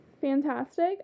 fantastic